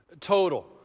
total